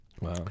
Wow